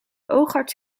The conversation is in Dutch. oogarts